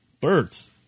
Birds